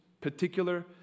particular